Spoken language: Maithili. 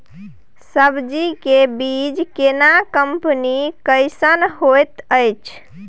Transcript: सब्जी के बीज केना कंपनी कैसन होयत अछि?